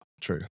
True